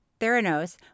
Theranos